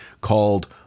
called